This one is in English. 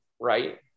right